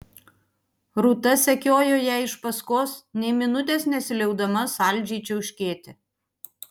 rūta sekiojo jai iš paskos nė minutės nesiliaudama saldžiai čiauškėti